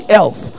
else